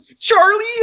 Charlie